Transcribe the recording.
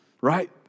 right